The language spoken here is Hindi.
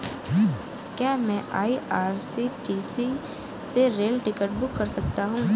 क्या मैं आई.आर.सी.टी.सी से रेल टिकट बुक कर सकता हूँ?